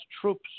troops